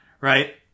right